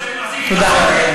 תודה.